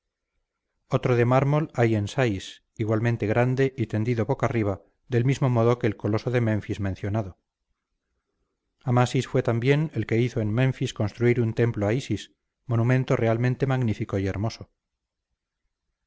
otro de mármol hay en sais igualmente grande y tendido boca arriba del mismo modo que el coloso de menfis mencionado amasis fue también el que hizo en menfis construir un templo a isis monumento realmente magnífico y hermoso